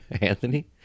Anthony